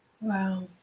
Wow